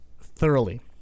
thoroughly